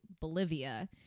Bolivia